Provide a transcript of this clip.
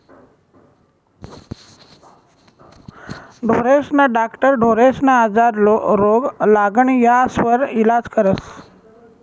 ढोरेस्ना डाक्टर ढोरेस्ना आजार, रोग, लागण यास्वर इलाज करस